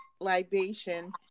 libation